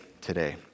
today